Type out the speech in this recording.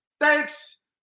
thanks